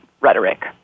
rhetoric